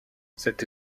cette